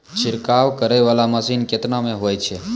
छिड़काव करै वाला मसीन केतना मे होय छै?